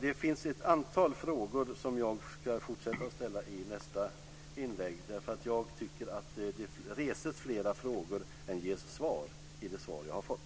Det finns ett antal frågor, som jag ska fortsätta att ställa i nästa inlägg därför att jag tycker att det reses flera frågor än ges svar i det svar som jag har fått.